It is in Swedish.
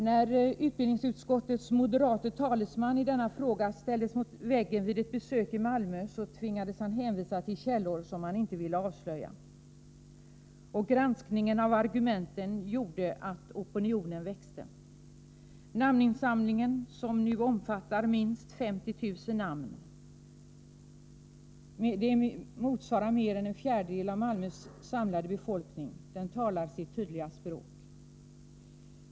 När utbildningsutskottets moderate talesman i denna fråga ställdes mot väggen vid ett besök i Malmö tvingades han hänvisa till källor som han inte ville avslöja. Granskningen av argumenten gjorde att opinionen växte. Namninsamlingen, som nu omfattar minst 50 000 namn, mer än en fjärdedel av Malmös samlade befolkning, talar sitt tydliga språk.